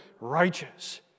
righteous